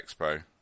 Expo